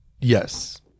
Yes